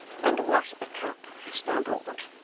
and what a cup hast thou brought!